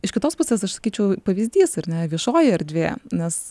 iš kitos pusės aš sakyčiau pavyzdys ar ne viešojoje erdvėje nes